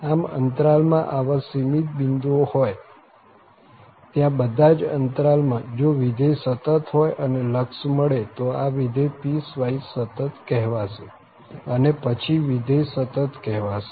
આમ અંતરાલ માં આવા સીમિત બિંદુઓ હોય ત્યાં બધા જ અંતરાલ માં જો વિધેય સતત હોય અને લક્ષ મળે તો આ વિધેય પીસવાઈસ સતત કહેવાશે અને પછી વિધેય સતત કહેવાશે